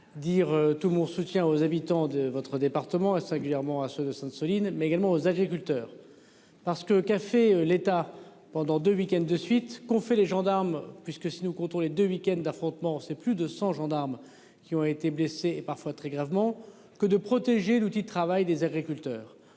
dire tout mon soutien aux habitants de votre département a singulièrement à ceux de Sainte-, Soline mais également aux agriculteurs. Parce que café l'état pendant deux week-ends de suite qu'ont fait les gendarmes puisque si nous comptons les deux week-ends affrontements c'est plus de 100 gendarmes qui ont été blessés, parfois très gravement que de protéger l'outil de travail des agriculteurs